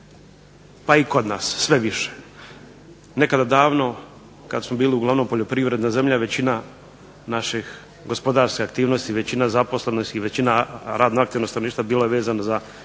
pa kod nas sve više. Nekada davno kada smo bili uglavnom poljoprivredna zemlja većina naše gospodarske aktivnosti većina zaposlenosti većina radno aktivnog stanovništva bila je vezana za